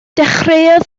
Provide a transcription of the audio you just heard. dechreuodd